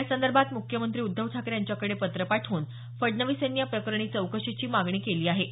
यासंदभोत मुख्यमंत्री उद्धव ठाकरे यांच्याकडे पत्र पाठवून फडणवीस यांनी याप्रकरणी चौकशीची मागणी केली आहे